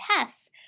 tests